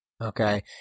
Okay